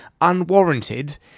unwarranted